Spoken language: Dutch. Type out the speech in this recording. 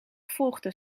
volgden